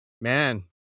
man